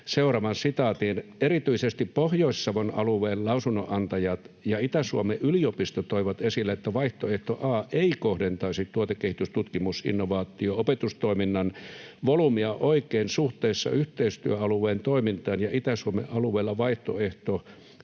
seuraavan sitaatin: ”Erityisesti Pohjois-Savon alueen lausunnonantajat ja Itä-Suomen yliopisto toivat esille, että vaihtoehto A ei kohdentaisi tuotekehitys-, tutkimus-, innovaatio- ja opetustoiminnan volyymia oikein suhteessa yhteistyöalueen toimintaan ja Itä-Suomen alueella vaihtoehto